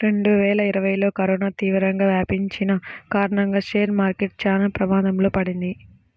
రెండువేల ఇరవైలో కరోనా తీవ్రంగా వ్యాపించిన కారణంగా షేర్ మార్కెట్ చానా ప్రమాదంలో పడింది